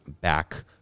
back